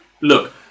look